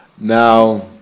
Now